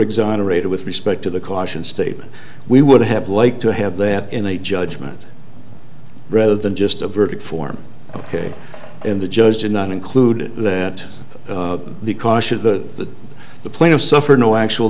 exonerated with respect to the caution statement we would have liked to have that in a judgment rather than just a verdict form ok and the judge did not include that the caution to the plain of suffer no actual